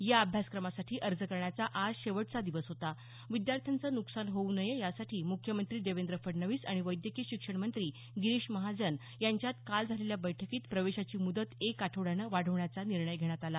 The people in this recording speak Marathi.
या अभ्यासक्रमासाठी अर्ज करण्याचा आज शेवटचा दिवस होता विद्यार्थ्यांचं नुकसान होऊ नये यासाठी मुख्यमंत्री देवेंद्र फडणवीस आणि वैद्यकीय शिक्षण मंत्री गिरीश महाजन यांच्यात काल झालेल्या बैठकीत प्रवेशाची मुदत एक आठवड्यानं वाढवण्याचा निर्णय घेण्यात आला